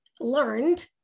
learned